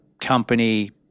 company